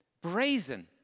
Brazen